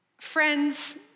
Friends